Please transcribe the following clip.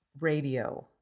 radio